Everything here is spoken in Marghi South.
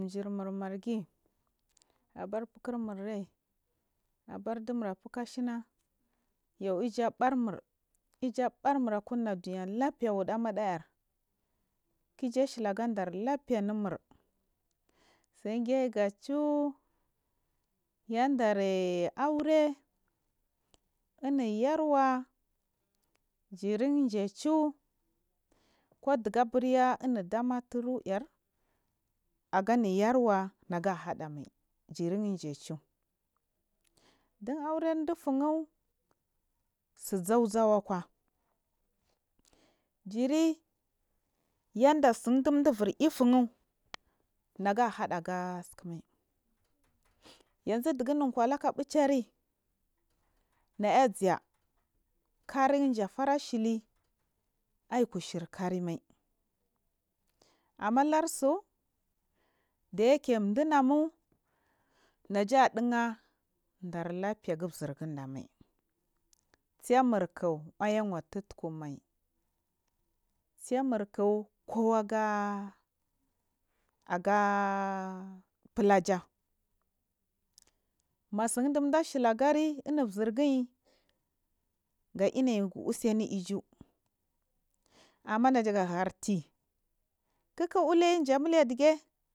Jimur mergi abarfukure abardi mura fukushiya yuu yaɓarmur kiya ɓarmu nura kuwdinga leɓafw, wudimaɗa ar. Jangeyu gachiw yandar aure aure mudamature air aga immyaro nagahemature jiri jachi din aure daufur tse za zua akwa jiri yanda tse did inda ifun negaheda ga tsika maiyezu dugu immkwalak fucha na naya zhaa kerijafar ashili aiku shi karima amma lursuu ɗayake chinamu najadigha laɓfega zirgu tsamik aigaga tutku nu tsemirk kwe aga aga fulaja matsin dida shi ligari mu zirggi ga inai using iju amma najaga hyr tri kik ulliyu jemillay elige.